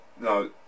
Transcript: no